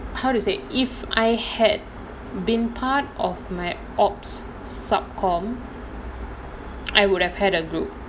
how to say if I had been part of my operations sub committee I would have had a group